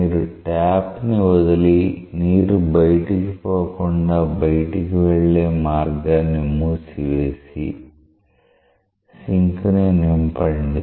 మీరు ట్యాప్ ని వదిలి నీరు బయటకి పోకుండా బయటకి వెళ్లే మార్గాన్ని మూసివేసి సింక్ ని నింపండి